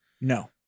No